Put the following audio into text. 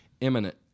imminent